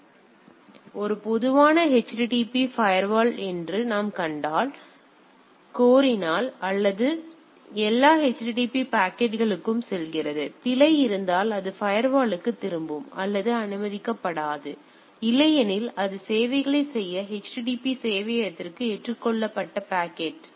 எனவே ஒரு பொதுவான HTTP ஃபயர்வால் என்று நாம் கண்டால் எனவே அது கோரினால் அது எல்லா HTTP பாக்கெட்டுகளுக்கும் செல்கிறது பிழை இருந்தால் அது ஃபயர்வாலுக்குத் திரும்பும் அல்லது அது அனுமதிக்கப்படாது இல்லையெனில் அது சேவைகளைச் செய்ய HTTP சேவையகத்திற்கு ஏற்றுக்கொள்ளப்பட்ட பாக்கெட்